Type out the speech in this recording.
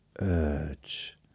urge